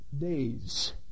days